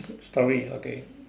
story okay